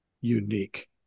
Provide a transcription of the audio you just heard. unique